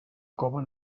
cova